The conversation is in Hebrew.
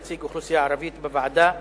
נציג האוכלוסייה הערבית בוועדה).